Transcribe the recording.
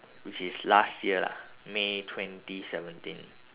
which is last year lah may twenty seventeen